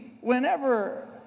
Whenever